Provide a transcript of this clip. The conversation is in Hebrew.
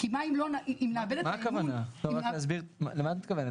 כי אם נאבד את האמון --- למה את מתכוונת?